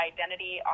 Identity